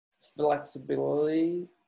flexibility